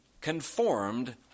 conformed